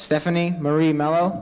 stephanie marie mellow